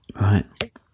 Right